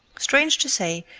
strange to say,